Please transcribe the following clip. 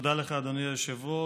תודה לך, אדוני היושב-ראש.